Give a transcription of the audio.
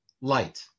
light